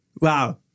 Wow